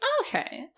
Okay